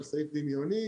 על סעיף דימיוני.